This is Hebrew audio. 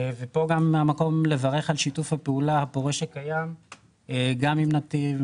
ופה גם המקום לברך על שיתוף הפעולה הפורה שקיים גם עם נתיב,